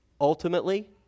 Ultimately